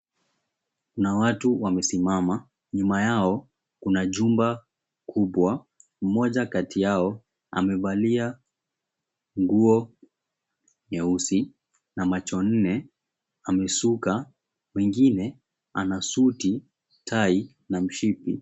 Kuna watu wamesimama nyuma yao kuna jumba kubwa, mmoja kati yao amevalia nguo nyeusi na macho nne, amesuka mwengine ana suti tai na mshipi.